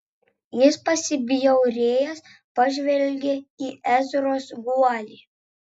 jis pasibjaurėjęs pažvelgė į ezros guolį